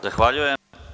Zahvaljujem.